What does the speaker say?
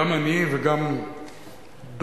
גם אני וגם דודה,